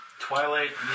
Twilight